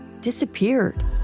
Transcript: disappeared